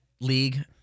league